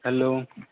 hello